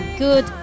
Good